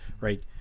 right